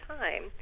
time